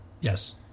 Yes